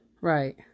Right